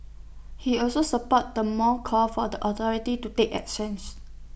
he also supported the mall's call for the authorities to take actions